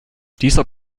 dieser